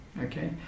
Okay